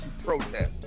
protest